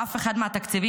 באף אחד מהתקציבים,